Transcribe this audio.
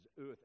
earth